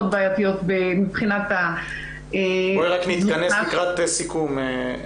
בעייתיות מבחינת --- בואי רק נתכנס מבחינת סיכום.